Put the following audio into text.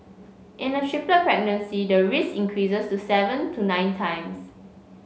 in a triplet pregnancy the risk increases to seven to nine times